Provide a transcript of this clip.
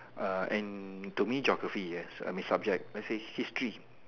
uh and to me geography is a subject let's say history